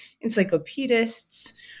encyclopedists